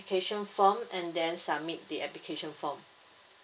form and then submit the application form